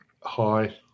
Hi